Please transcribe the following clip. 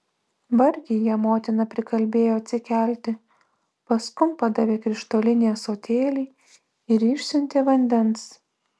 vargiai ją motina prikalbėjo atsikelti paskum padavė krištolinį ąsotėlį ir išsiuntė vandens